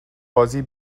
بازی